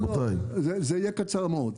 זה יהיה קצר מאוד.